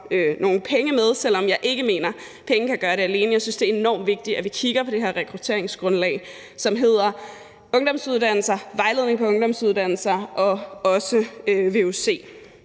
nogle penge med, selv om jeg ikke mener, at penge kan gøre det alene. Jeg synes, det er enormt vigtigt, at vi kigger på det her rekrutteringsgrundlag, som hedder: ungdomsuddannelser, vejledning på ungdomsuddannelser og også på